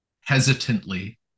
hesitantly